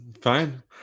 Fine